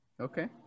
Okay